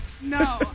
No